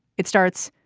it starts.